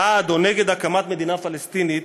בעד או נגד הקמת מדינה פלסטינית,